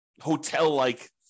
hotel-like